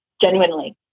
Genuinely